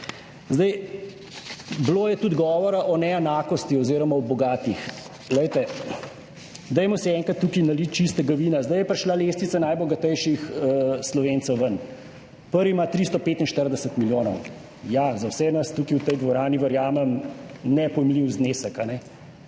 Zdaj, bilo je tudi govora o neenakosti oziroma o bogatih, glejte, dajmo si enkrat tukaj naliti čistega vina. Zdaj je prišla lestvica najbogatejših Slovencev ven. Prvi ima 345 milijonov. Ja, za vse nas tukaj v tej dvorani, verjamem, nepojmljiv znesek, a ne,